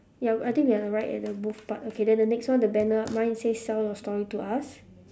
ya I think we are right at the booth part okay then the next one the banner mine says sell your story to us